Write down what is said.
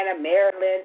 Maryland